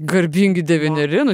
garbingi devyneri nu